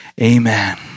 Amen